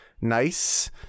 nice